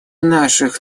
наших